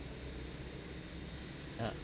ah